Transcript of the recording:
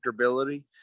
comfortability